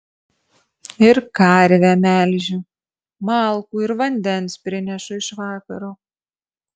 ir karvę melžiu malkų ir vandens prinešu iš vakaro